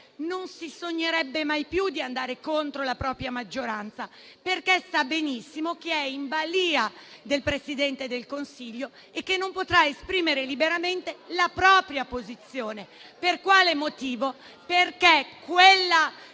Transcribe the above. non si sognerebbe mai più di andare contro la propria maggioranza, perché sa benissimo di essere in balia del Presidente del Consiglio e di non poter esprimere liberamente la propria opinione. Questo perché quella